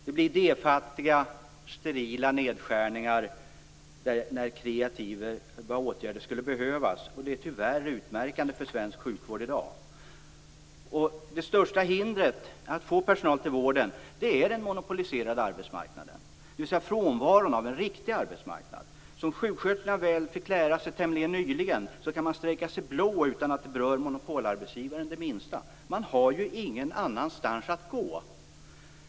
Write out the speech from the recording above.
Det blir idéfattiga, sterila nedskärningar där kreativa åtgärder skulle behövas. Det är tyvärr utmärkande för svensk sjukvård i dag. Det största hindret att få personal till vården är den monopoliserade arbetsmarknaden, dvs. frånvaron av en riktig arbetsmarknad. Sjuksköterskorna fick lära sig tämligen nyligen att de kan strejka sig blåa utan att det berör monopolarbetsgivaren det minsta. Man har ju ingen annanstans att gå.